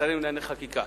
השרים לענייני חקיקה,